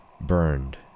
burned